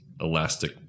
elastic